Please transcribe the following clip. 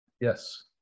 Yes